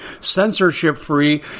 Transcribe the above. censorship-free